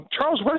Charles